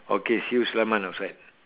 okay see you sulaiman outside